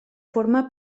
forma